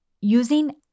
Using